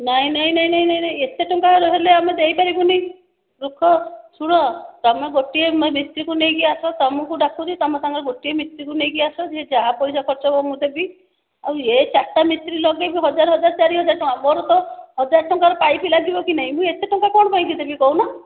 ନାଇ ନାଇ ନାଇ ନାଇ ନାଇ ନାଇ ଏତେ ଟଙ୍କା ହେଲେ ଆମେ ଦେଇପାରିବୁନି ଦେଖ ଶୁଣ ତମେ ଗୋଟିଏ ମିସ୍ତ୍ରୀକୁ ନେଇକି ଆସ ତମକୁ ଡ଼ାକୁଛି ତମେ ତମର ଗୋଟିଏ ମିସ୍ତ୍ରୀକୁ ନେଇକି ଆସ ଯିଏ ଯାହା ପଇସା ଖର୍ଚ୍ଚ ହେବ ମୁଁ ଦେବି ଆଉ ଏ ଚାରିଟା ମିସ୍ତ୍ରୀ ଲଗେଇବ ହଜାର ହଜାର ଚାରି ହଜାର ଟଙ୍କା ମୋର ତ ହଜାର ଟଙ୍କାର ପାଇପ୍ ଲାଗିବ କି ନାହିଁ ମୁଁ ଏତେ ଟଙ୍କା କଣ ପାଇଁ କି ଦେବି କହୁନ